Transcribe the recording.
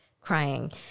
crying